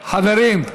חברים.